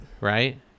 right